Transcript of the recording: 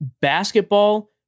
Basketball